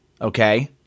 Okay